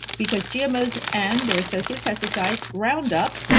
because, gmos and their associated pesticides, round up,